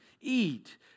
Eat